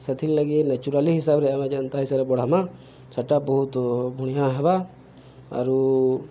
ସେଥିର୍ ଲାଗି ନେଚୁରାଲି ହିସାବରେ ଆମେ ଯେନ୍ତା ହିସାବରେ ବଢ଼ାମା ସେଟା ବହୁତ ବୁ଼ଢ଼ିଆଁ ହେବା ଆରୁ